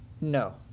No